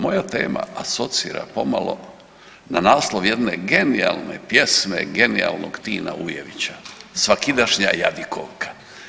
Moja tema asocira pomalo na naslov jedne genijalne pjesme, genijalnog Tina Ujevića, „Svakidašnja jadikovka“